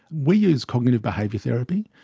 we use cognitive behaviour therapy,